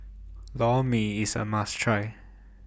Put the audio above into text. Lor Mee IS A must Try